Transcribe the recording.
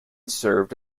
served